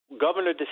Governor